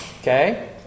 okay